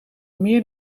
meer